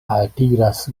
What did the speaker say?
altiras